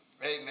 Amen